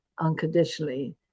unconditionally